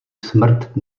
smrt